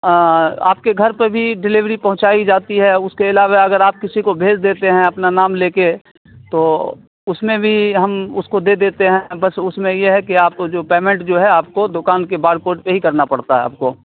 آپ کے گھر پہ بھی ڈلیوری پہنچائی جاتی ہے اس کے علاوہ اگر آپ کسی کو بھیج دیتے ہیں اپنا نام لے کے تو اس میں بھی ہم اس کو دے دیتے ہیں بس اس میں یہ ہے کہ آپ کو جو پیمینٹ جو ہے آپ کو دکان کے بار کوڈ پہ ہی کرنا پڑتا ہے آپ کو